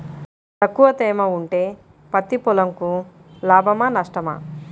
తక్కువ తేమ ఉంటే పత్తి పొలంకు లాభమా? నష్టమా?